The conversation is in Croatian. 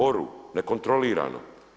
Oru, nekontrolirano.